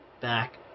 Back